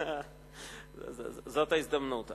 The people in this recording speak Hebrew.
זאת ההזדמנות.